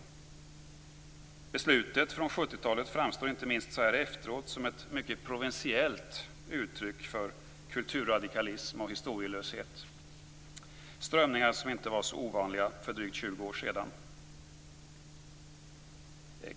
Beslutet från 70-talet framstår inte minst så här efteråt som ett mycket provinsiellt uttryck för kulturradikalism och historielöshet - strömningar som inte var så ovanliga för drygt 20 år sedan.